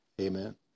Amen